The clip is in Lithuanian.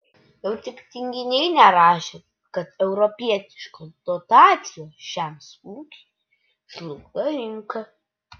jau tik tinginiai nerašė kad europietiškos dotacijos žemės ūkiui žlugdo rinką